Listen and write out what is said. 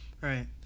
right